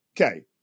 okay